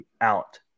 out